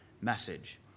message